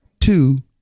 Two